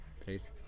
please